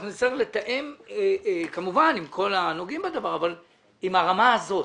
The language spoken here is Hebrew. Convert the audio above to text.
אנחנו נצטרך לתאם כמובן עם כל הנוגעים בדבר אבל עם הרמה הזאת.